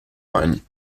ein